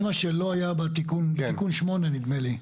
זה מה שלא היה בתיקון, תיקון 8 נדמה לי.